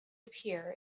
appear